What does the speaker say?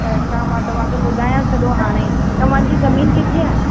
त हिसाबु मां तव्हांखे ॿुधायां सॼो हाणे ई तव्हांजी ज़मीन किते आहे